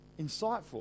insightful